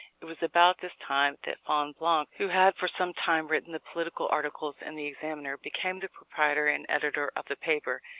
it was about this time that fonblanque, who had for some time written the political articles in the examiner, became the proprietor and editor of the paper.